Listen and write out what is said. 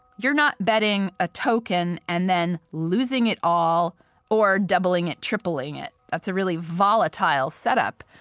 you're not betting a token and then losing it all or doubling it, tripling it. that's a really volatile setup.